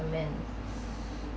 recommend